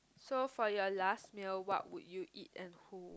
so for your last meal what would you eat and who